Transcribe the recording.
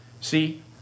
See